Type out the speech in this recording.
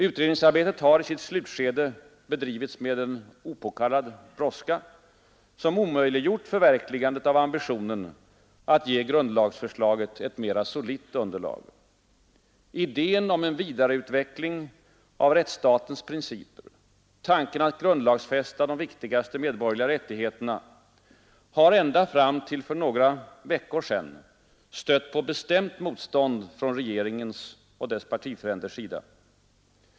Utredningsarbetet har i sitt slutskede bedrivits med en opåkallad brådska som omöjliggjort förverkligandet av ambitionen att ge grundlagsförslaget ett mera solitt underlag. Idén om en vidareutveckling av rättsstatens principer, tanken att grundlag heterna, har ända fram till för några veckor sedan stött på bestämt motstånd från regeringens och dess partifränders sida.